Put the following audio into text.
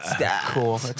cool